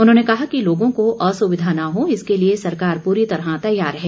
उन्होंने कहा कि लोगों को असुविधा न हो इसके लिए सरकार पूरी तरह तैयार है